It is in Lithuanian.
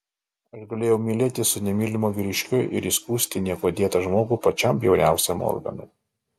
aš galėjau mylėtis su nemylimu vyriškiu ir įskųsti niekuo dėtą žmogų pačiam bjauriausiam organui